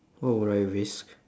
what would I risk